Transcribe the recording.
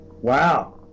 wow